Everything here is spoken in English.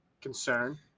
concern